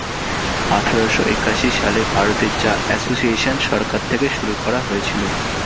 আঠারোশো একাশি সালে ভারতে চা এসোসিয়েসন সরকার থেকে শুরু করা হয়েছিল